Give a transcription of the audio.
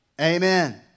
Amen